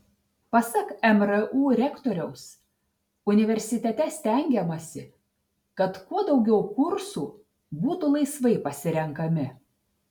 pasak mru rektoriaus universitete stengiamasi kad kuo daugiau kursų būtų laisvai pasirenkami